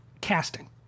Casting